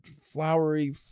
flowery